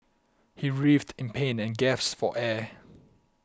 he writhed in pain and gasped for air